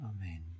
Amen